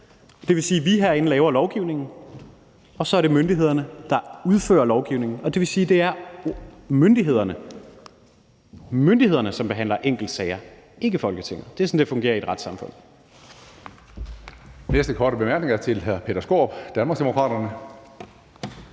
Det vil sige, at vi herinde laver lovgivningen, og så er det myndighederne, der udfører lovgivningen, og det vil sige, at det er myndighederne, som behandler enkeltsager – ikke Folketinget. Det er sådan, det fungerer i et retssamfund.